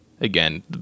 Again